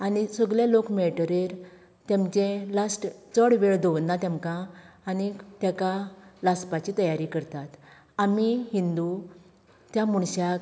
आनी सगले लोक मेळटरीर तें म्हणजे लास्ट चड वेळ दवरना तेंमकां आनीक तेका लासपाची तयारी करतात आमी हिंदू त्या मनशाक